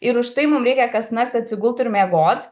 ir už tai mum reikia kasnakt atsigult ir miegot